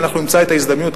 אנחנו נמצא את ההזדמנות,